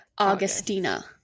Augustina